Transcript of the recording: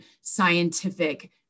scientific